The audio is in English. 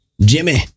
Jimmy